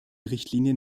richtlinie